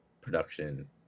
production